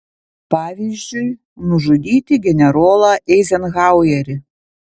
pavyzdžiui nužudyti generolą eizenhauerį